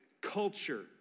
culture